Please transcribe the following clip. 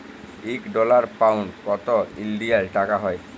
ইক dollar, pound কত ইলডিয়াল টাকা হ্যয়